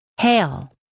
hail